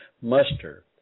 muster